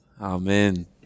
amen